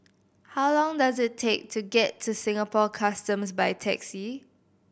how long does it take to get to Singapore Customs by taxi